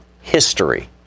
history